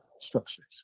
structures